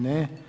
Ne.